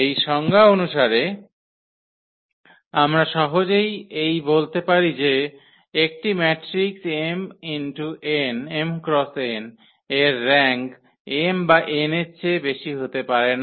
এই সংজ্ঞা অনুসারে আমরা সহজেই এই বলতে পারি যে একটি ম্যাট্রিক্স m X n এর র্যাঙ্ক m বা n এর চেয়ে বেশি হতে পারে না